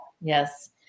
Yes